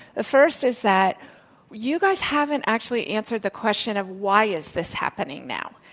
the first is that you guys haven't actually answered the question of why is this happening now?